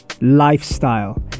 lifestyle